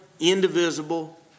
indivisible